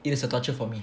it is a torture for me